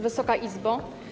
Wysoka Izbo!